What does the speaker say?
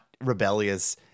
rebellious